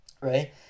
right